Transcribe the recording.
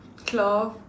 cloth